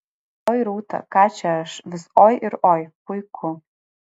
oi rūta ką čia aš vis oi ir oi puiku